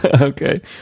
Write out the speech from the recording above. Okay